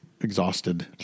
exhausted